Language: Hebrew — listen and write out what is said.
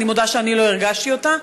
אני מודה שלא הרגשתי אותה,